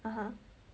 (uh huh)